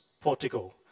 portico